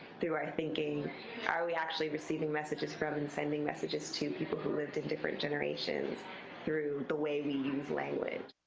through our thinking? are we actually receiving messages from and sending messages to people who lived in different generations through the way we use language?